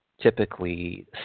typically